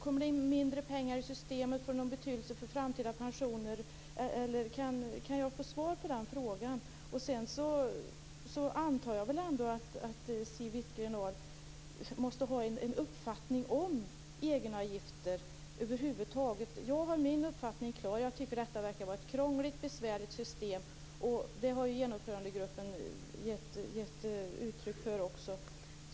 Kommer det in mindre pengar i systemet? Får det någon betydelse för framtida pensioner? Kan jag få svar på mina frågor? Jag antar att Siw Wittgren-Ahl måste ha en uppfattning om egenavgifter över huvud taget. Jag har min uppfattning klar. Jag tycker det verkar vara ett krångligt och besvärligt system. Det har ju genomförandegruppen också gett uttryck för.